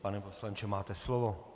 Pane poslanče, máte slovo.